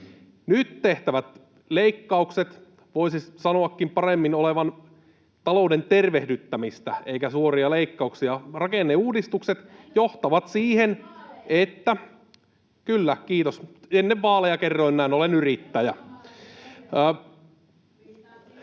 Nyt tehtävien leikkausten voisi sanoa paremminkin olevan talouden tervehdyttämistä eikä suoria leikkauksia. Rakenneuudistukset johtavat siihen, että... [Pia Viitanen: Näinkö puhuitte